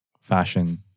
fashion